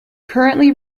currently